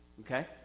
Okay